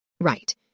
Right